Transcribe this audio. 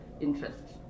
interests